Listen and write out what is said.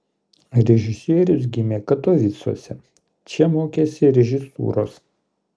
režisierius gimė katovicuose čia mokėsi režisūros